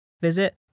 visit